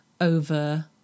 over